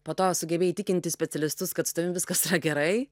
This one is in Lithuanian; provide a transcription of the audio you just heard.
po to sugebėjai įtikinti specialistus kad su tavim viskas gerai